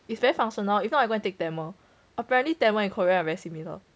it's very functional if not I'm going to take tamil apparently tamil and korean are very similar